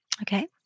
Okay